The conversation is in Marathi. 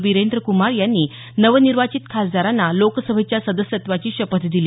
वीरेंद्र कुमार यांनी नवनिर्वाचित खासदारांना लोकसभेच्या सदस्यत्वाची शपथ दिली